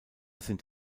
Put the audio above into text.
sind